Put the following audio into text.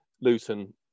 Luton